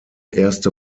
erste